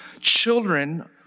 children